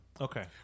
Okay